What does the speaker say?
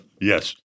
Yes